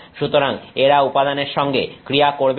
সুতরাং এরা উপাদানের সঙ্গে ক্রিয়া করবে না